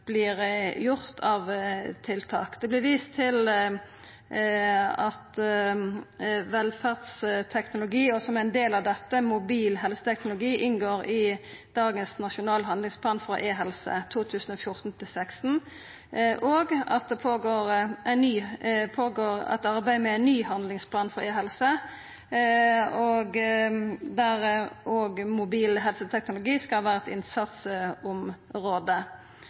tiltak som vert gjort. Det vart vist til at velferdsteknologi – og som ein del av dette, mobil helseteknologi – inngår i dagens Nasjonal handlingsplan for e-helse 2014–2016, og at det går føre seg eit arbeid med ein ny handlingsplan for e-helse, der òg mobil helseteknologi skal vera eit innsatsområde.